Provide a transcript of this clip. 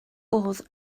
oedd